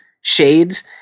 shades